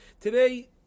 Today